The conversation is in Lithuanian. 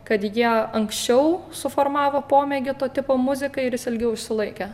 kad jie anksčiau suformavo pomėgį to tipo muzikai ir jis ilgiau išsilaikė